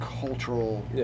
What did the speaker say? cultural